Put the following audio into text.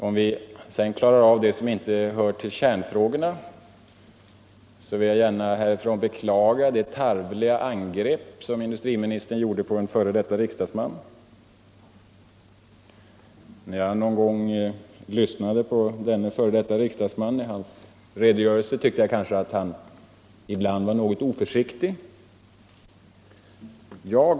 Om vi sedan klarar av det som inte hör till kärnfrågorna vill jag härifrån beklaga det tarvliga angrepp som industriministern riktade mot en f. d. riksdagsman. Någon gång när jag lyssnade på denne tyckte jag kanske att han var något oförsiktig.